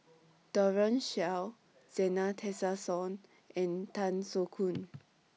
Daren Shiau Zena Tessensohn and Tan Soo Khoon